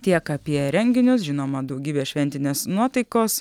tiek apie renginius žinoma daugybė šventinės nuotaikos